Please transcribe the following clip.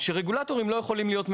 לפיה רגולטורים לא יכולים להיות מתואמים.